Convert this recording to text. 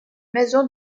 maison